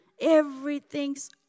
Everything's